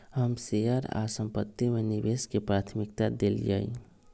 हम शेयर आऽ संपत्ति में निवेश के प्राथमिकता देलीयए